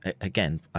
again